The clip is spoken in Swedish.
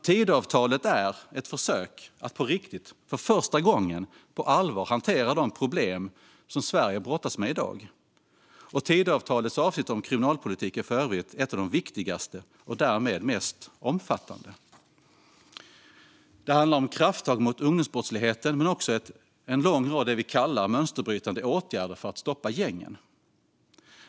Tidöavtalet är ett försök att på riktigt och för första gången på allvar hantera de problem Sverige brottas med i dag. Tidöavtalets avsnitt om kriminalpolitik är för övrigt ett av de viktigaste och därmed mest omfattande. Det handlar om krafttag mot ungdomsbrottsligheten och om en lång rad mönsterbrytande åtgärder för att stoppa gängen.